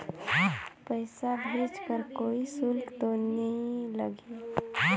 पइसा भेज कर कोई शुल्क तो नी लगही?